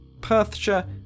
Perthshire